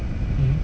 mm